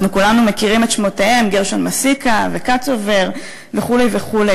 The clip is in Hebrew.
אנחנו כולנו מכירים את שמותיהם: גרשון מסיקה וקצובר וכו' וכו'.